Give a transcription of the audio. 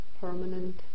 permanent